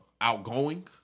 Outgoing